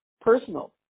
personal